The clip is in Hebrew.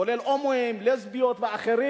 כולל הומואים, לסביות ואחרים.